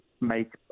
make